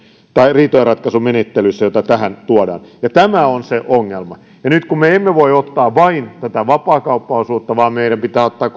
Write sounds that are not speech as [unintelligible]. riitojenratkaisumenettelyssä jota tähän tuodaan tämä on se ongelma nyt kun me emme voi ottaa vain tätä vapaakauppaosuutta vaan meidän pitää ottaa [unintelligible]